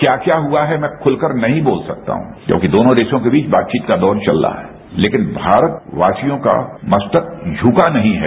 क्या क्या हुआ मैं खुलकर नहीं बोल सकता हूं क्योंकि दोनों देशों के बीच बातचीत का दौर चल रहा है लेकिन भारतवासियों का मसतक झका नहीं है